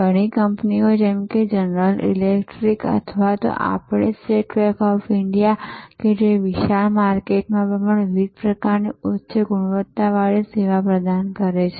ઘણી કંપનીઓ જેમ કે જનરલ ઇલેક્ટ્રીક અથવા તો આપણી જ સ્ટેટ બેંક ઓફ ઈન્ડિયા છે કે જે વિશાળ માર્કેટ માં પણ વિવિધ પ્રકાર ની ઉચ્ચ ગુણવત્તા વારી સેવા પ્રદાન કરે છે